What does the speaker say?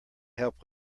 help